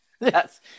Yes